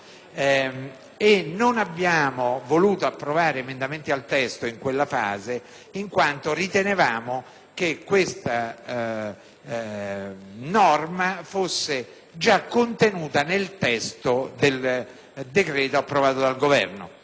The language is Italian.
Non abbiamo voluto approvare emendamenti al testo in quella fase, poiché ritenevamo che tale norma fosse già contenuta nel testo del decreto emanato dal Governo.